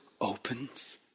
opens